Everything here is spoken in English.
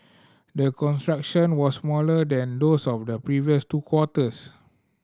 the contraction was smaller than those of the previous two quarters